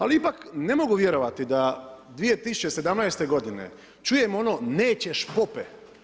Ali ipak ne mogu vjerovati da 2017. godine čujemo ono „nećeš pope“